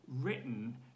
written